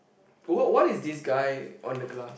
what why is this guy on the glass